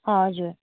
हजुर